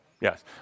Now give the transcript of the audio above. yes